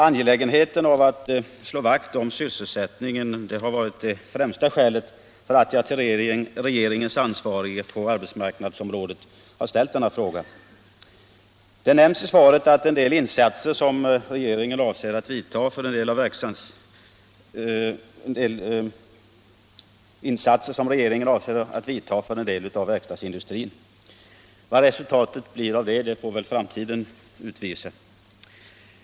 Angelägenheten av att slå vakt om sysselsättningen har varit det främsta skälet för att jag till regeringens ansvarige på arbetsmarknadsområdet har ställt denna fråga. I svaret nämns en del insatser som regeringen avser att vidta för verkstadsindustrin. Vad resultatet blir av det får väl framtiden utvisa.